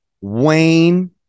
Wayne